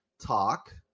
talk